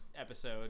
episode